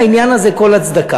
אין לעניין הזה כל הצדקה.